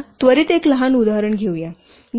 चला त्वरीत एक लहान उदाहरण घेऊया